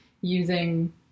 using